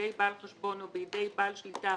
בידי בעל החשבון או בידי בעל שליטה